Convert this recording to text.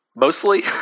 mostly